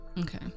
Okay